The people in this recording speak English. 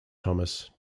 thomas